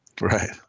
Right